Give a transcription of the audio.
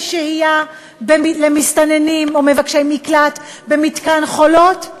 שהייה למסתננים או למבקשי מקלט במתקן "חולות"